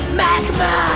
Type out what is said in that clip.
magma